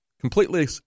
completely